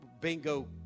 bingo